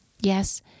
Yes